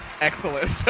excellent